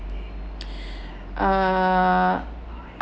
err